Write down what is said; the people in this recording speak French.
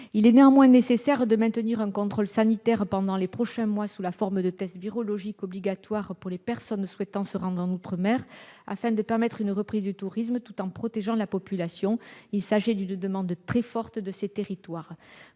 il est nécessaire de maintenir un contrôle sanitaire pendant les prochains mois, sous la forme de tests virologiques obligatoires pour les personnes souhaitant se rendre en outre-mer, afin de permettre la reprise du tourisme tout en protégeant la population. Il s'agit d'une demande très forte des territoires